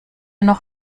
noch